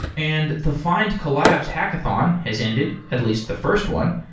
and the findcollabs hackathon has ended, at least the first one.